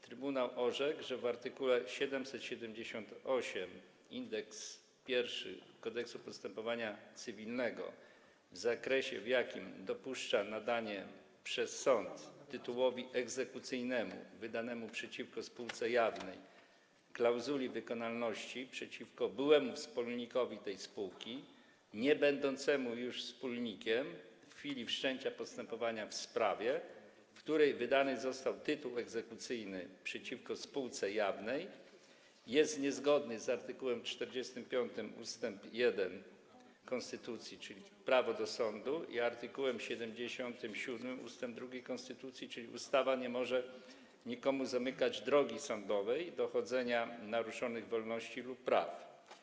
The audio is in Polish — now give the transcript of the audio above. Trybunał orzekł, że w art. 778 Kodeksu postępowania cywilnego w zakresie, w jakim dopuszcza nadanie przez sąd tytułowi egzekucyjnemu, wydanemu przeciwko spółce jawnej, klauzuli wykonalności przeciwko byłemu wspólnikowi tej spółki, niebędącemu już wspólnikiem w chwili wszczęcia postępowania w sprawie, w której wydany został tytuł egzekucyjny przeciwko spółce jawnej, jest niezgodny z art. 45 ust. 1 konstytucji - chodzi o prawo do sądu, i art. 77 ust. 2 konstytucji - chodzi o to, że ustawa nie może nikomu zamykać drogi sądowej dochodzenia naruszonych wolności lub praw.